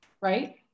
right